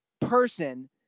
person